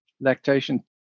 lactation